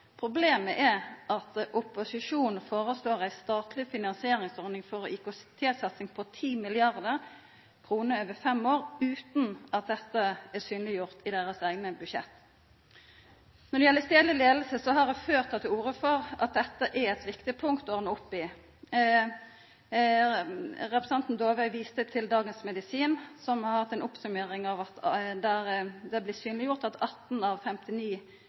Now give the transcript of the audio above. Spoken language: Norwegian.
Problemet er at opposisjonen foreslår ei statleg finansieringsordning for IKT-satsing på 10 mrd. kr over fem år, utan at dette er synleggjort i deira eigne budsjett. Når det gjeld stadleg leiing, har eg før teke til orde for at dette er eit viktig punkt å ordna opp i. Representanten Dåvøy viste til Dagens Medisin, som har hatt ei oppsummering der det blei synleggjort at 18 av 59